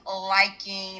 liking